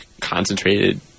concentrated